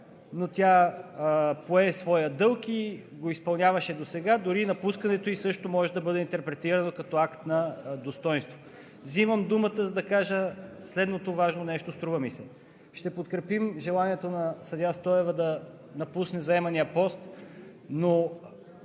но тя пое своя дълг и го изпълняваше досега. Дори и напускането ѝ също може да бъде интерпретирано като акт на достойнство. Взимам думата, за да кажа следното важно нещо, струва ми се. Ще подкрепим желанието на съдия Стоева да напусне заемания пост, но